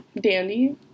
dandy